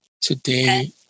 today